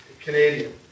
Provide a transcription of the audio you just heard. Canadian